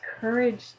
courage